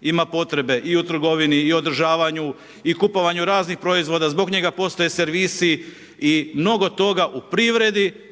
ima potrebe i u trgovini i održavanju i kupovanju raznih proizvoda, zbog njega postoje servisi i mnogo toga u privredi.